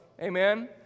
Amen